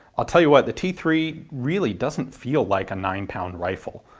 i'll tell you what, the t three really doesn't feel like a nine pound rifle,